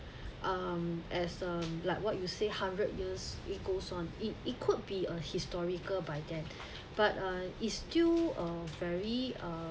um as um like what you say hundred years it goes on it it could be a historical by then but uh it's still a very uh